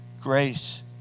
Grace